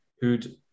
who'd